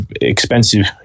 expensive